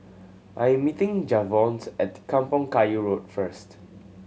I am meeting Javonte at Kampong Kayu Road first